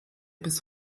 bis